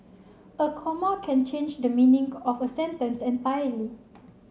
a comma can change the meaning of a sentence entirely